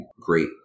great